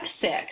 six